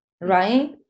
right